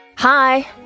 Hi